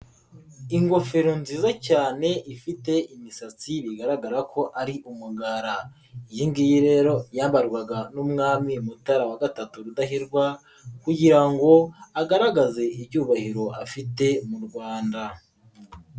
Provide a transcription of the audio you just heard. Ingofero nziza cyane ifite imisatsi bigaragara ko ari umugara, iyi ngiyi rero yambarwaga n'Umwami Mutara III Rudahigwa kugira ngo agaragaze icyubahiro afite mu Rwanda.